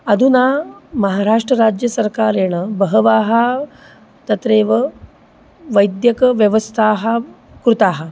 अधुना महाराष्ट्रराज्यसर्कारेण बहवः तत्रैव वैद्यकव्यवस्थाः कृताः